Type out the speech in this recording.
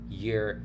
year